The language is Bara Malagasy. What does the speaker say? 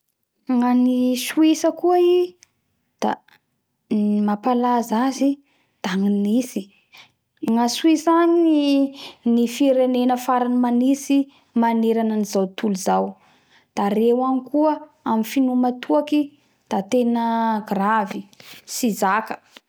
Gnany Suisa koa i da ny mapalaza azy da gny nitsy gna Suisa agny ny firenena farany manitsy manerana zao totolo zao da reo agny koa amy finoma toaky da tena gravy tsy zaka